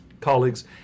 colleagues